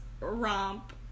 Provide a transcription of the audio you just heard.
romp